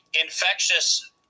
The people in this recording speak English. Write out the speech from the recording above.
infectious